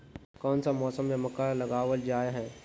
कोन सा मौसम में मक्का लगावल जाय है?